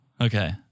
okay